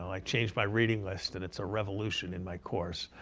i changed my reading list and it's a revolution in my course.